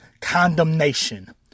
condemnation